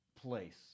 place